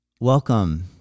Welcome